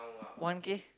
one K